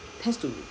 tends to